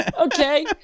Okay